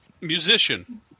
Musician